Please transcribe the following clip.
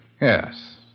Yes